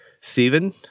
Stephen